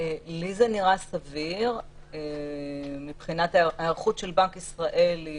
לי זה נראה סביר מבחינת ההיערכות של בנק ישראל.